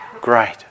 great